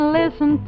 listen